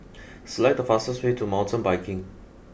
select the fastest way to Mountain Biking